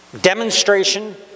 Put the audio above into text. demonstration